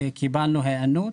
קיבלנו היענות